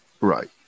Right